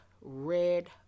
red